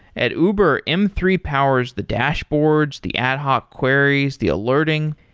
at uber, m three powers the dashboards, the ad hoc queries, the alerting.